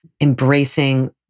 embracing